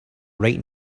right